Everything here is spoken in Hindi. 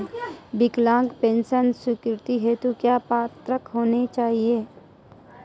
विकलांग पेंशन स्वीकृति हेतु क्या पात्रता होनी चाहिये?